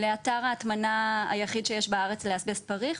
לאתר ההטמנה היחיד שיש בארץ לאסבסט פריך,